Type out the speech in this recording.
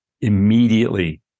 immediately